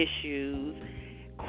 issues